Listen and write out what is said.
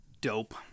dope